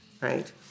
right